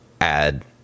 add